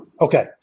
Okay